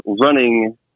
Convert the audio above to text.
running